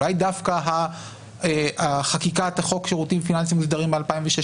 אולי דווקא חקיקת חוק שירותים פיננסיים מוסדרים ב-2016,